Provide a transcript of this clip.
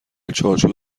چارچوب